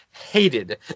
hated